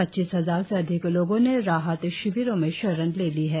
पच्चीस हजार से अधिक लोगों ने राहत शिविरों में शरण ले ली है